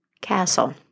castle